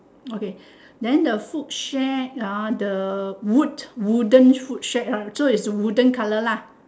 okay then the food shack uh the wood wooden food shack hor so is wooden colour lah